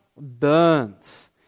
burns